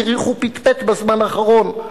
תראי איך הוא פטפט בזמן האחרון.